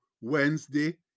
Wednesday